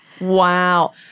Wow